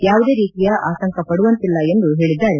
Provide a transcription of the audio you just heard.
ಯಾವುದೇ ರೀತಿಯ ಆತಂಕಪಡುವಂತಿಲ್ಲ ಎಂದು ಹೇಳದ್ದಾರೆ